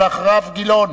ואחריו,